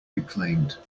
reclaimed